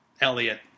Elliot